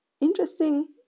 interesting